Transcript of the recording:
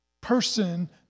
person